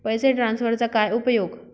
पैसे ट्रान्सफरचा काय उपयोग?